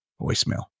voicemail